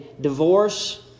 divorce